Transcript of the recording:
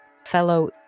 fellow